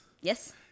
Yes